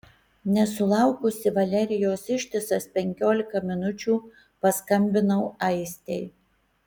nesulaukusi valerijos ištisas penkiolika minučių paskambinau aistei